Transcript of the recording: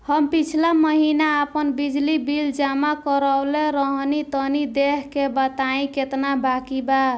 हम पिछला महीना आपन बिजली बिल जमा करवले रनि तनि देखऽ के बताईं केतना बाकि बा?